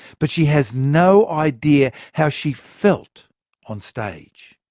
but she has no idea how she felt on stage.